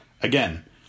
again